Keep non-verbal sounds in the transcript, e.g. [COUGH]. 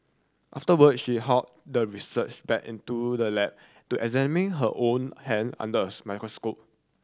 afterward she hauled the researcher back into the lab to examine her own hand under a [UNINTELLIGIBLE] microscope